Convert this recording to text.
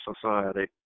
society